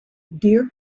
deer